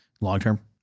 long-term